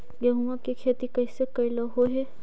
गेहूआ के खेती कैसे कैलहो हे?